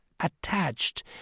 attached